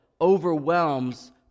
overwhelms